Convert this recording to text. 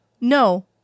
No